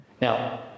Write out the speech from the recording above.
Now